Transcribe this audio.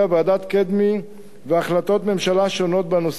ועדת-קדמי והחלטות ממשלה שונות בנושא.